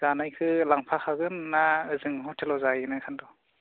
जानायखौ लांफाखागोन ना ओजों ह'टेलाव जाहैनो सानदों